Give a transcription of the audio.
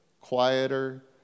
quieter